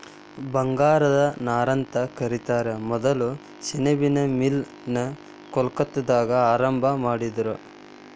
ಬಂಗಾರದ ನಾರಂತ ಕರಿತಾರ ಮೊದಲ ಸೆಣಬಿನ್ ಮಿಲ್ ನ ಕೊಲ್ಕತ್ತಾದಾಗ ಆರಂಭಾ ಮಾಡಿದರು